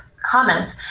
comments